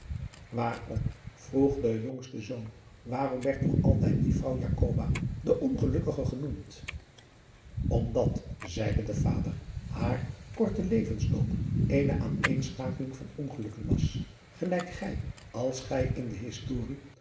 waarom vroeg de jongste zoon waarom werd toch altijd die vrouw jacoba de ongelukkige genoemd omdat zeide de vader haar korte levensloop eene aaneenschakeling van ongelukken was gelijk gij als gij in de historie